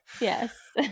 Yes